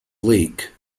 lake